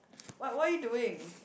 what what are you doing